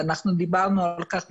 ואנחנו דיברנו על כך,